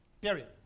Period